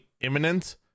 imminent